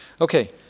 Okay